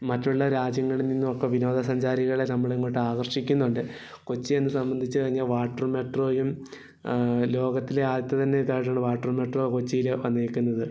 മറ്റുള്ള രാജ്യങ്ങളില് നിന്നുമൊക്കെ വിനോദസഞ്ചാരികളെ നമ്മൾ ഇങ്ങോട്ട് ആകർഷിക്കുന്നുണ്ട് കൊച്ചിയെന്ന് സംബന്ധിച്ച് കഴിഞ്ഞാൽ വാട്ടർ മെട്രോയും ലോകത്തിലെ ആദ്യത്തെ തന്നെ ഇതായിട്ടുള്ള വാട്ടര് മെട്രോ കൊച്ചിയിൽ വന്നേക്കുന്നത്